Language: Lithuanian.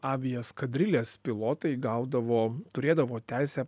avia skadrilės pilotai gaudavo turėdavo teisę